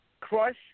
Crush